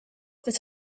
that